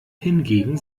hingegen